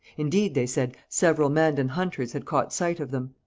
indeed, they said, several mandan hunters had caught sight of them.